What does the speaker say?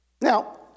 Now